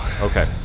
Okay